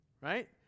Right